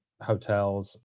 hotels